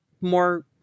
more